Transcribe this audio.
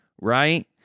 Right